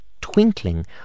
twinkling